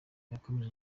yakomeje